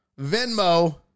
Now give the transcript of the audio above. Venmo